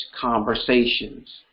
conversations